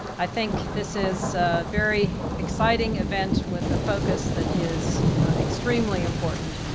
i think this is very exciting event with a focus that is extremely important.